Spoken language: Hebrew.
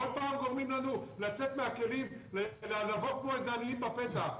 כל פעם גורמים לנו לצאת מהכלים ולבוא כמו איזה עניים בפתח.